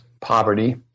poverty